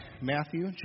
Matthew